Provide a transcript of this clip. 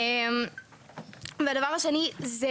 (היו"ר יוראי להב הרצנו, 13:25) והדבר השני זה